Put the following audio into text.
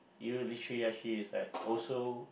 you literally actually it's like also